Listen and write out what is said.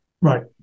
Right